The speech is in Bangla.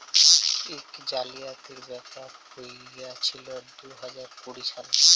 ইক জালিয়াতির ব্যাপার হঁইয়েছিল দু হাজার কুড়ি সালে